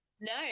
No